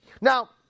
Now